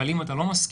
אבל אם אתה לא מסכים,